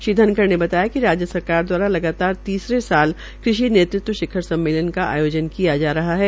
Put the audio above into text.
श्री धनखड़ बताया कि राज्य सरकार द्वारा तीसरे साल कृषि नेतृत्व शिखर सम्मेलन का आयोजन किया जा रहा है